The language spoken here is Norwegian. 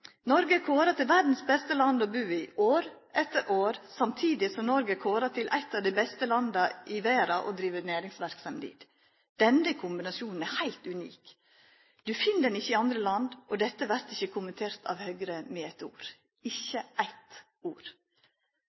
Noreg er kåra til verdas beste land å bu i år etter år, samtidig som Noreg er kåra til eit av dei beste landa i verda å drive næringsverksemd i. Denne kombinasjonen er heilt unik, du finn han ikkje i andre land, men dette vert ikkje kommentert av Høgre med eit ord – ikkje eitt ord.